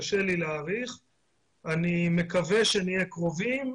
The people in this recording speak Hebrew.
אני מקווה שנהיה קרובים,